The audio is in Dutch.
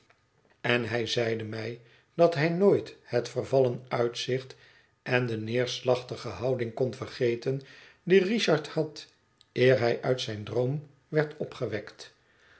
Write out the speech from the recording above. en hij zeide mij dat hij nooit het vervallen uitzicht en de neerslachtige houding kon vergeten die richard had eer hij uit zijn droom werd opgewekt